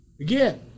Again